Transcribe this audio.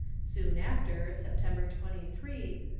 soon after, september twenty three,